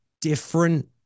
different